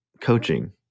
coaching